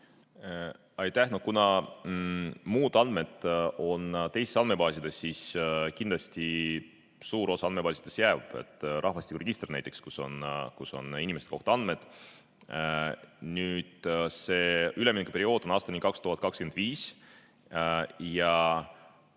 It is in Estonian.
kuna muud andmed on teistes andmebaasides, siis kindlasti suur osa andmebaasidest jääb, rahvastikuregister näiteks, kus on inimeste kohta andmed. Nüüd, see üleminekuperiood on aastani 2025